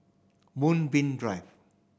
Moonbeam Drive